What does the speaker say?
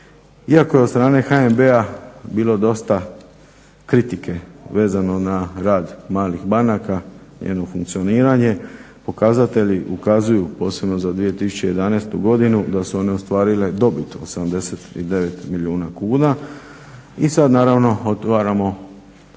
Iako je od strane HNB-a bilo dosta kritike vezano na rad malih banaka, njeno funkcioniranje pokazatelji ukazuju, posebno za 2011. godinu da su one ostvarile dobit od 79 milijuna kuna. I sad naravno otvaramo